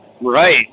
Right